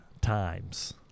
times